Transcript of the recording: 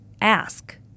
ask